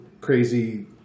crazy